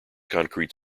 concrete